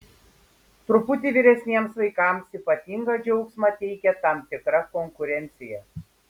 truputį vyresniems vaikams ypatingą džiaugsmą teikia tam tikra konkurencija